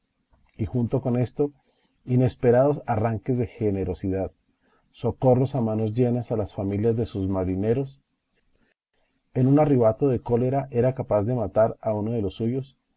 y junto con esto inesperados arranques de generosidad socorros a manos llenas a las familias de sus marineros en un arrebato de cólera era capaz de matar a uno de los suyos